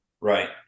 right